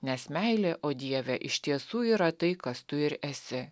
nes meilė o dieve iš tiesų yra tai kas tu ir esi